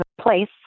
place